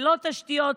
ללא תשתיות,